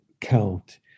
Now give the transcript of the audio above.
count